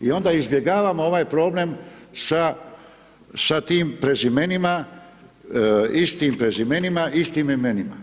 I onda izbjegavamo ovaj problem sa tim prezimenima, istim prezimenima, istim imenima.